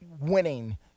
winning